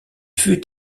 fut